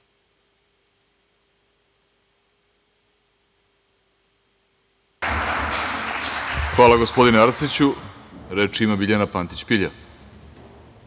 Hvala, gospodine Arsiću. Reč ima Biljana Pantić Pilja.